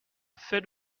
fais